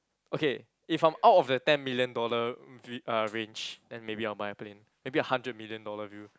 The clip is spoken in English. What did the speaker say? okay if I'm out of the ten million dollar v~ uh range then maybe I will buy a plane maybe a hundred million dollar view